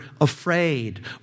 afraid